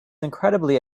incredibly